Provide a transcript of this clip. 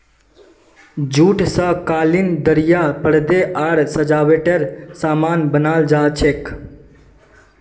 jute स कालीन दरियाँ परदे आर सजावटेर सामान बनाल जा छेक